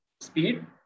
speed